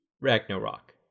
ragnarok